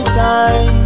time